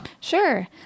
Sure